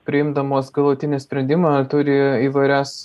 priimdamos galutinį sprendimą turi įvairias